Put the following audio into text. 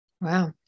Wow